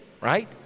right